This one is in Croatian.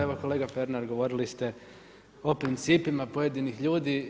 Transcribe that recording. Evo kolega Pernar govorili ste o principima pojedinih ljudi.